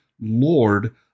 Lord